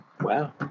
Wow